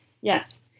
Yes